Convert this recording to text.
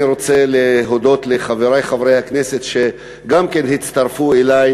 אני רוצה להודות לחברי חברי הכנסת שהצטרפו אלי